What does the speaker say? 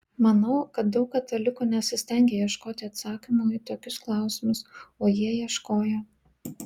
manau kad daug katalikų nesistengia ieškoti atsakymų į tokius klausimus o jie ieškojo